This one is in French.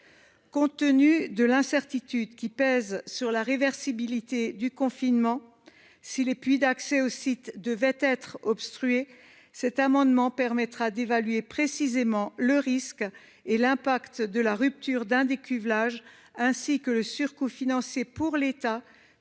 Compte tenu de l’incertitude qui pèse sur la réversibilité du confinement si les puits d’accès aux sites devaient être obstrués, l’adoption du présent amendement nous permettra d’évaluer précisément le risque et l’impact de la rupture d’un des cuvelages, ainsi que le surcoût financier que